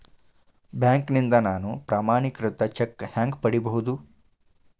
ಬ್ಯಾಂಕ್ನಿಂದ ನಾನು ಪ್ರಮಾಣೇಕೃತ ಚೆಕ್ ಹ್ಯಾಂಗ್ ಪಡಿಬಹುದು?